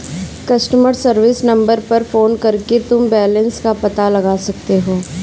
customer service number पर phone करके तुम बैलन्स का पता लगा सकते हो